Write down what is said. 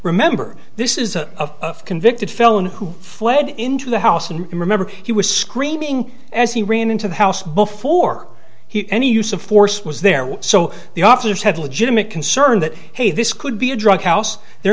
remember this is a convicted felon who fled into the house and remember he was screaming as he ran into the house before he any use of force was there were so the officers had a legitimate concern that hey this could be a drug house there